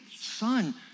Son